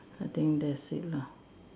I think that's it lah